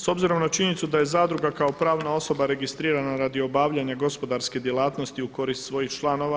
S obzirom na činjenicu da je zadruga kao pravna osoba registrirana radi obavljanja gospodarske djelatnosti u korist svojih članova.